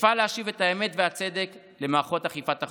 אפעל להשיב את האמת והצדק למערכות אכיפת החוק.